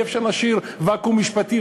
אי-אפשר להשאיר ואקום משפטי,